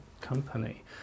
company